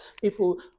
people